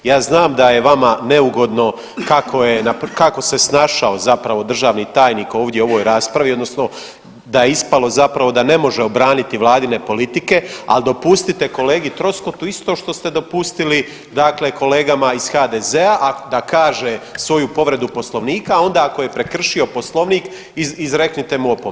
Ja znam da je vama neugodno kako je, kako se snašao zapravo državni tajnik ovdje u ovoj raspravi, odnosno da je ispalo zapravo da ne može obraniti Vladine politike, ali dopustite kolegi Troskotu isto to ste dopustili dakle kolegama iz HDZ-a, a da kaže svoju povredu Poslovnika, onda, ako je prekršio Poslovnik, izreknite mu opomenu.